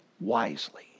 wisely